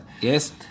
Yes